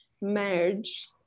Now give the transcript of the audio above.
merge